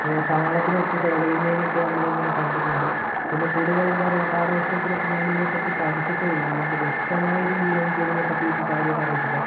താളത്തിനൊത്ത് തുഴയുന്നതിനെയൊക്കെയാണ് നമ്മൾ ഇങ്ങനെ കണ്ടിട്ടുണ്ട് പിന്നെ കൂടുതൽ എന്താ പറയുക പാഠപുസ്തകത്തിലൊക്കെ ഞാനിതിനെപ്പറ്റി പഠിച്ചിട്ടേ ഉള്ളു അല്ലാണ്ട് വ്യക്തമായ രീതിയിൽ എനിക്കതിനെപ്പറ്റി വലിയ കാര്യമായിട്ട് അറിയത്തില്ല